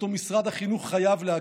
שאותו משרד החינוך חייב להגדיר.